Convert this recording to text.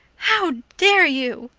how dare you!